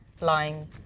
lying